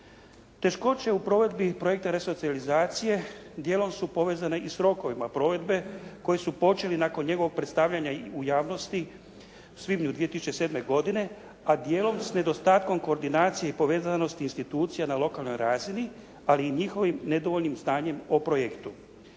Teškoće u provedbi projekta resocijalizacije dijelom su povezane i s rokovima provedbe koji su počeli nakon njegovog predstavljanja u javnosti, svibnju 2007. godine, a dijelom s nedostatkom koordinacije i povezanosti institucija na lokalnoj razini, ali i njihovim nedovoljnim znanjem o projektu.